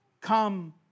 Come